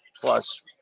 plus